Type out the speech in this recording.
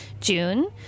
June